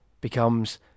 becomes